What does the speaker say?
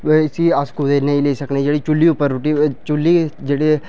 इसी अस कुतै नेईं लेई सकने कुतै चुल्ली पर रुट्टी चुल्ली जेह्ड़े